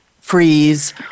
freeze